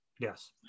yes